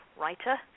writer